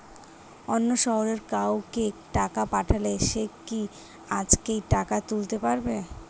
অন্য শহরের কাউকে টাকা পাঠালে সে কি আজকেই টাকা তুলতে পারবে?